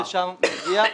בדיוק לשם אני מגיע.